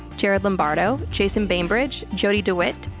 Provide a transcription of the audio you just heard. gerard lombardo, jason bainbridge, jodie dewitt,